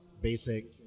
basic